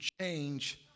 change